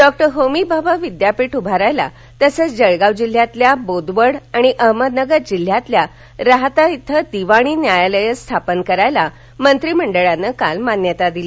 डॉ होमी भाभा विद्यापीठ उभारण्यास तसंच जळगाव जिल्ह्यातल्या बोदवड आणि अहमदनगर जिल्ह्यातल्या राहता इथे दिवाणी न्यायालयं स्थापन करायला मंत्रिमंडळानं काल मान्यता दिली